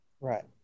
Right